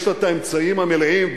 יש לה האמצעים המלאים,